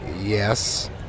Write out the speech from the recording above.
yes